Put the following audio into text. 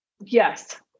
Yes